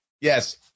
Yes